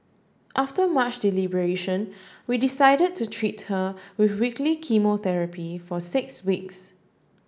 after much deliberation we decided to treat her with weekly chemotherapy for six weeks